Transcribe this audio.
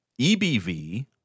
EBV